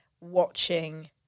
watching